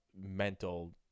mental